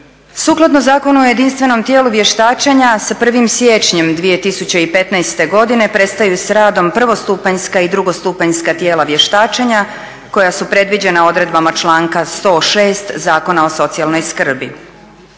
Sukladno Zakonu o jedinstvenom tijelu vještačenja sa 1.siječnjem 2015.godine prestaju s radom prvostupanjska i drugostupanjska tijela vještačenja koja su predviđena odredbama članka 106. Zakona o socijalnoj skrbi.